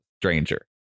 stranger